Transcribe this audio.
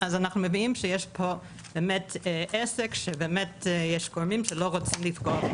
מבינים שיש פה עסק שיש קונים שלא רוצים לפגוע בהם.